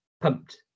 pumped